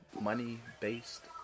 money-based